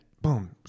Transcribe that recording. Boom